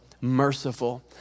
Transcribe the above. merciful